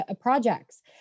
projects